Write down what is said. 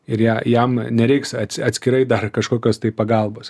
ir ja jam nereiks atskirai dar kažkokios tai pagalbos